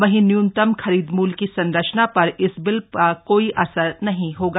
वहीं न्यूनतम खरीद मूल्य की संरचना पर इस बिल का कोई असर नहीं होगा